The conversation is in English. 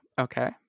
Okay